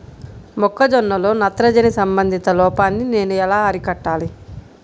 మొక్క జొన్నలో నత్రజని సంబంధిత లోపాన్ని నేను ఎలా అరికట్టాలి?